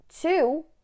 two